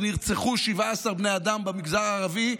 נרצחו 17 בני אדם במגזר הערבי,